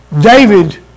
David